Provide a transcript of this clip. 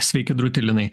sveiki drūti linai